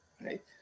Right